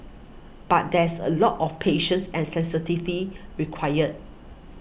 but there's a lot of patience and sensitivity required